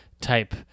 type